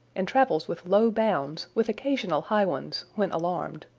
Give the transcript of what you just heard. and travels with low bounds with occasional high ones when alarmed.